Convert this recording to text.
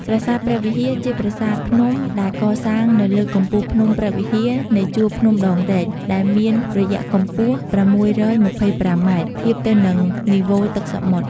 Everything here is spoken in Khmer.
ប្រាសាទព្រះវិហារជាប្រាសាទភ្នំដែលកសាងនៅលើកំពូលភ្នំព្រះវិហារនៃជូរភ្នំដងរែក ដែលមានរយៈកម្ពស់ ៦២៥ម៉ែត្រ ធៀបទៅនិងនីវ៉ូទឹកសមុទ្រ។